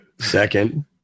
Second